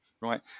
right